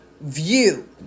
View